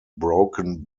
broken